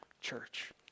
church